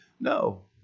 No